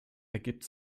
ergibt